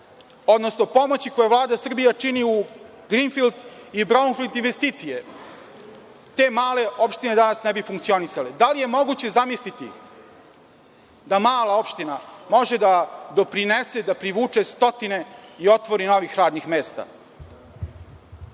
odnosno pomoći koje Vlada Srbije čini u grinfild i braunflid investicije, te male opštine danas ne bi funkcionisale. Da li je moguće zamisliti da mala opština može da doprinese i da privuče stotine i otvori nova radna mesta?